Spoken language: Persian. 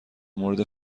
مورد